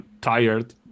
tired